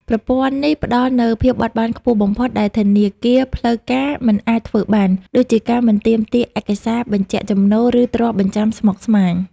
ប្រព័ន្ធនេះផ្ដល់នូវភាពបត់បែនខ្ពស់បំផុត ដែលធនាគារផ្លូវការមិនអាចធ្វើបាន ដូចជាការមិនទាមទារឯកសារបញ្ជាក់ចំណូល ឬទ្រព្យបញ្ចាំស្មុគស្មាញ។